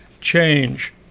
change